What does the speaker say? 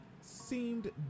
seemed